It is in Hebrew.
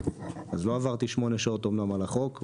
לא עברתי שמונה שעות אמנם על החוק,